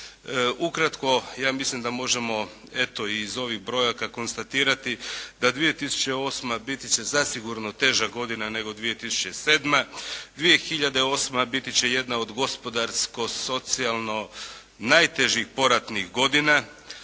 Ukratko, ja mislim da možemo eto i iz ovih brojaka konstatirati da 2008. biti će zasigurno teža godina nego 2007. 2008. biti će jedna od gospodarsko, socijalno najtežih poratnih godina.